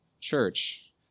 church